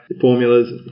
formulas